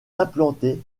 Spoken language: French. implanté